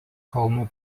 kalnų